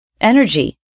Energy